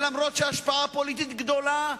ואף-על-פי שההשפעה הפוליטית גדולה,